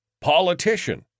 politician